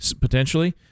potentially